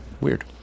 weird